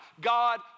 God